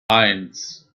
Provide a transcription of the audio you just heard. eins